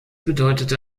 bedeutete